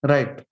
Right